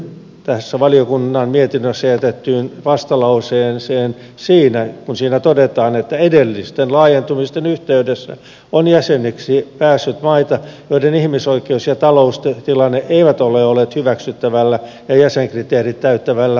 yhdyn tässä valiokunnan mietinnössä jätettyyn vastalauseeseen siinä kun siinä todetaan että edellisten laajentumisten yhteydessä on jäseniksi päässyt maita joiden ihmisoikeus ja taloustilanne eivät ole olleet hyväksyttävällä ja jäsenkriteerit täyttävällä tasolla